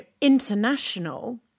international